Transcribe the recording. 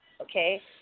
Okay